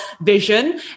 vision